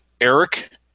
Eric